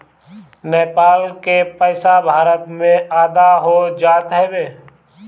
नेपाल के पईसा भारत में आधा हो जात हवे